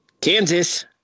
Kansas